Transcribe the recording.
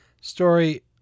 story